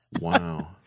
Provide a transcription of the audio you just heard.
Wow